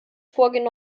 vorgehen